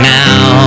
now